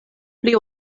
pli